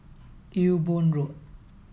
Ewe Boon Road